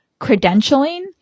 credentialing